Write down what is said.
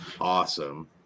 awesome